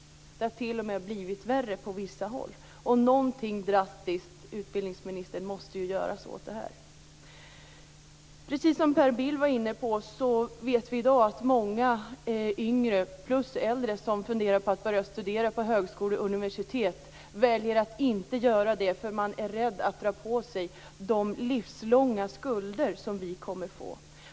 Det har t.o.m. blivit värre på vissa håll. Någonting drastiskt måste göras åt det, utbildningsministern. Vi vet i dag att många yngre, och även äldre, som funderar på att börja studera på högskolor och universitet väljer att inte göra det eftersom man är rädd för att dra på sig de livslånga skulder som vi kommer att få.